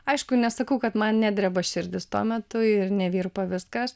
aišku nesakau kad man nedreba širdis tuo metu ir nevirpa viskas